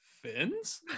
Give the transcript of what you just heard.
fins